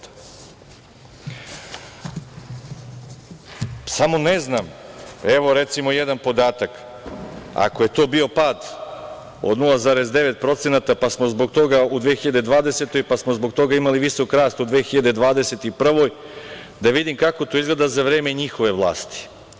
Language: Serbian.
Samo ne znam, evo, recimo, jedan podatak, ako je to bio pad od 0,9% u 2020. godini, pa smo zbog toga imali visok rast u 2021. godini, da vidimo kako to izgleda za vreme njihove vlasti.